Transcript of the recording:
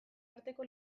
arteko